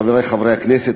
חברי חברי הכנסת,